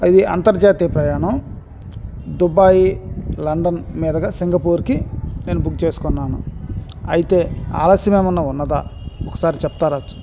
ఇది అంతర్జాతీయ ప్రయాణం దుబాయి లండన్ మీదగా సింగపూర్కి నేను బుక్ చేసుకున్నాను అయితే ఆలస్యం ఏమన్నా ఉన్నదా ఒకసారి చెప్తారా